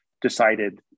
decided